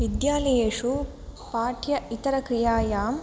विद्यालयेषु पाठ्य इतरक्रियायां